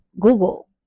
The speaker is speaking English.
Google